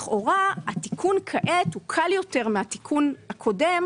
לכאורה התיקון כעת הוא קל יותר מהתיקון הקודם